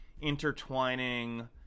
intertwining